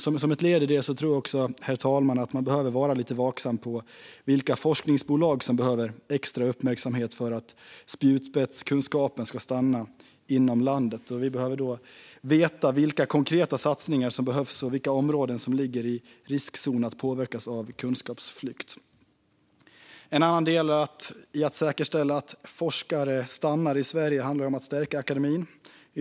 Som ett led i det tror jag också, herr talman, att man behöver vara lite vaksam på vilka forskningsbolag som behöver extra uppmärksamhet för att spjutspetskunskapen ska stanna inom landet. Vi behöver veta vilka konkreta satsningar som behövs och vilka områden som ligger i riskzonen att påverkas av kunskapsflykt. En annan del i att säkerställa att forskare stannar i Sverige handlar om att stärka akademin.